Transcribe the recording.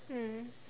mm